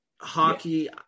hockey